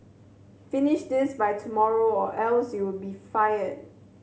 finish this by tomorrow or else you'll be fired